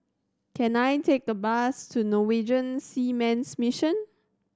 can I take a bus to Norwegian Seamen's Mission